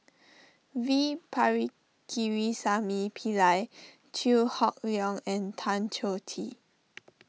V Pillai Chew Hock Leong and Tan Choh Tee